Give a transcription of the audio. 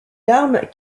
larmes